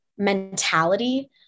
mentality